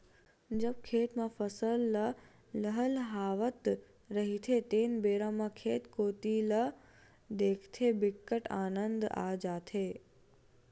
जब खेत म फसल ल लहलहावत रहिथे तेन बेरा म खेत कोती ल देखथे बिकट आनंद आ जाथे